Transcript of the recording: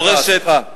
מורשת, סליחה.